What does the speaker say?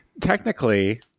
technically